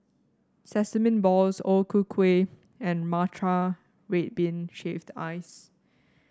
Sesame Balls O Ku Kueh and Matcha Red Bean Shaved Ice